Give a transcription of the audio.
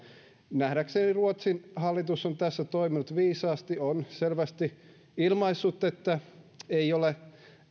nähdäkseni ruotsin hallitus on tässä toiminut viisaasti kun on selvästi ilmaissut että ei ole